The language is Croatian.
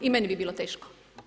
I meni bi bilo teško.